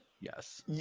yes